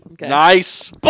Nice